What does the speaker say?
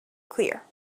clear